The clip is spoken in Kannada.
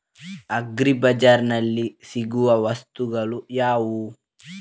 ಅಗ್ರಿ ಬಜಾರ್ನಲ್ಲಿ ಸಿಗುವ ವಸ್ತುಗಳು ಯಾವುವು?